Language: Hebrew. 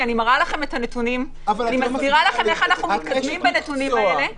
אבל מה עם הנושא של בר מצווה?